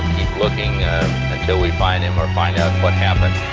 looking until we find him or find out what happened.